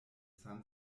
san